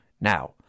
Now